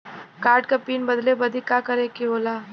Card क PIN बदले बदी का करे के होला?